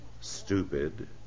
stupid